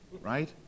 Right